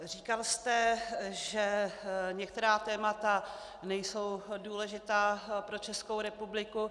Říkal jste, že některá témata nejsou důležitá pro Českou republiku.